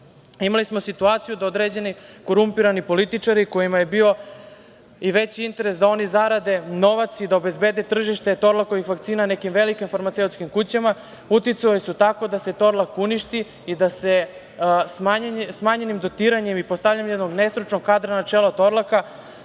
imali smo situaciju da određeni korumpirani političari kojima je bio i veći interes da oni zarade novac i da obezbede tržište Torlakovih vakcina nekim velikim farmaceutskim kućama, uticali su tako da se Torlak uništi i da se smanjenim dotiranjem i postavljanjem nestručnog kadra na čelo Torlaka